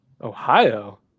Ohio